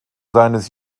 seines